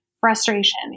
frustration